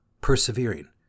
persevering